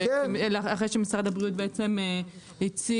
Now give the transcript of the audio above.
אחרי שמשרד הבריאות בעצם הציג.